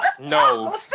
no